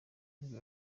nibwo